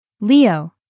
Leo